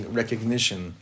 recognition